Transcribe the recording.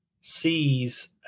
sees